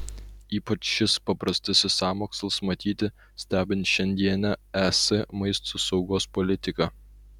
ypač šis paprastasis sąmokslas matyti stebint šiandienę es maisto saugos politiką